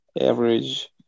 average